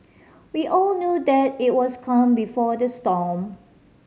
we all knew that it was calm before the storm